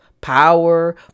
power